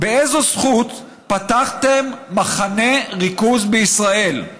באיזו זכות פתחתם מחנה ריכוז בישראל?